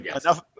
enough